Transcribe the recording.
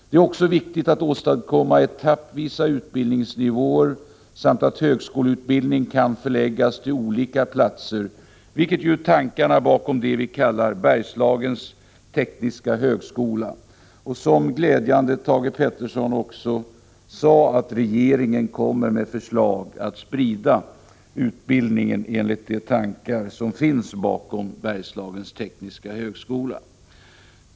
Det är också viktigt att åstadkomma etappvisa utbildningsnivåer samt att högskoleutbildning kan förläggas till olika platser, vilket ju är tankarna bakom det vi kallar Bergslagens tekniska högskola. Det är glädjande att Thage Peterson kunde meddela att regeringen kommer att lägga fram förslag om en utspridning av utbidlningen enligt de tankar som finns på en Bergslagens tekniska högskola.